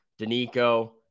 Danico